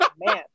man